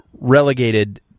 relegated